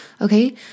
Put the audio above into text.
Okay